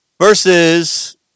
versus